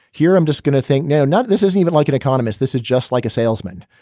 here i'm just going to think. no, no, this isn't even like an economist. this is just like a salesman.